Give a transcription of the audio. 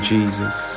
Jesus